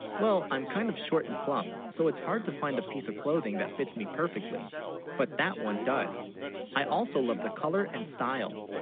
well i'm kind of short and plump so it's hard to find a piece of clothing that fits me perfectly but that one does i also love the color and style